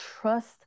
trust